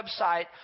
website